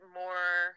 more